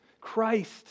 Christ